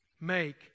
make